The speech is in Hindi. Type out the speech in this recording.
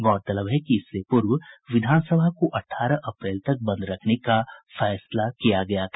गौरतलब है कि इससे पूर्व विधानसभा को अठारह अप्रैल तक बंद रखने का फैसला किया गया था